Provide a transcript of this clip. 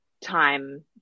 time